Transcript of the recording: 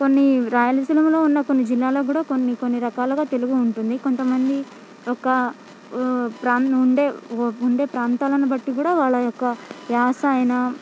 కొన్ని రాయలసీమలో ఉన్న కొన్ని జిల్లాల్లో కూడా కొన్ని కొన్ని రకాలుగా తెలుగు ఉంటుంది కొంతమంది ఒక ప్రా ఉండే ఉండే ప్రాంతాలను బట్టి కూడా వాళ్ళ యొక్క యాస అయినా